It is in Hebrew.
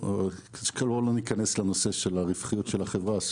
לא ניכנס לנושא של הרווחיות של החברה.